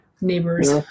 neighbors